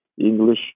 English